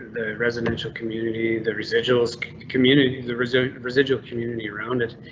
residential community, the residuals community, the residual residual community around it.